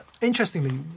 Interestingly